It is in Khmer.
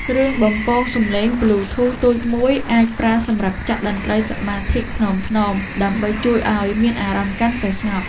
គ្រឿងបំពងសំឡេងប៊្លូធូសតូចមួយ អាចប្រើសម្រាប់ចាក់តន្ត្រីសមាធិថ្នមៗ ដើម្បីជួយឱ្យមានអារម្មណ៍កាន់តែស្ងប់។